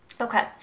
Okay